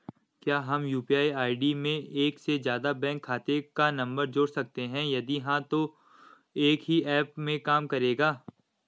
क्या हम यु.पी.आई में एक से ज़्यादा बैंक खाते का नम्बर जोड़ सकते हैं यदि हाँ तो एक ही ऐप में काम करेगा?